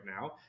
now